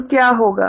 तो क्या होगा